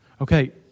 Okay